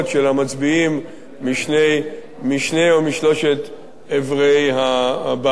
המצביעים משני או משלושת עברי הבית.